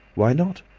why not?